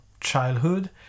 childhood